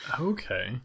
Okay